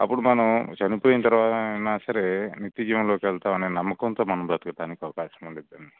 అప్పుడు మనం చనిపోయినా సరే నిత్యజీవంలోకి వెళతాం అనే నమ్మకంతో మనం బతుకడానికి అవకాశం ఉంటుంది